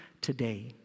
today